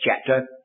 chapter